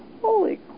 holy